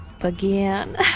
again